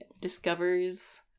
discovers